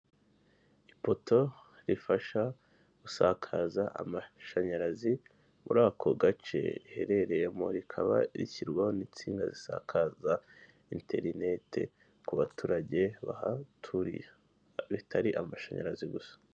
Ipoto rifasha gusakaza amashanyarazi muri ako gace, riherereyemo rikaba rishyirwaho n'insinga zisakaza interineti ku baturage bahaturiye bitari amashanyarazi gusa.